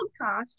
podcast